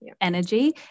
energy